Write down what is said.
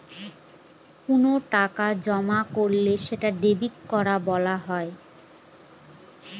কোনো টাকা জমা করলে সেটা ডেবিট করা বলা হয়